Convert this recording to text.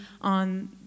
on